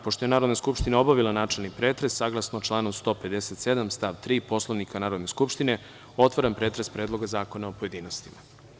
Pošto je Narodna skupština obavila Načelni pretres, saglasno članu 157. stav 3. Poslovnika Narodne skupštine, otvaram pretres Predloga zakona o pojedinostima.